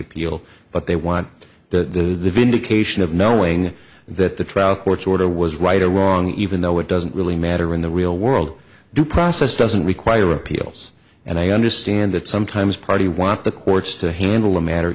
appealed but they want the vindication of knowing that the trial court's order was right or wrong even though it doesn't really matter in the real world due process doesn't require appeals and i understand that sometimes party want the courts to handle the matter